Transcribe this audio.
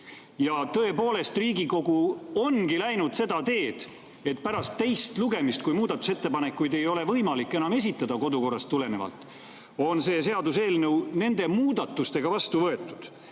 Ja tõepoolest, Riigikogu ongi läinud seda teed, et pärast teist lugemist, kui muudatusettepanekuid ei ole võimalik enam kodukorrast tulenevalt esitada, on see seaduseelnõu nende muudatustega vastu võetud. Ma